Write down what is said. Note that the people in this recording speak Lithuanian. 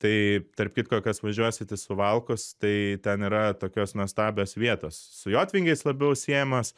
tai tarp kitko kas važiuosit į suvalkus tai ten yra tokios nuostabios vietos su jotvingiais labiau siejamos